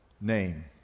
name